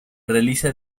realiza